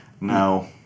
No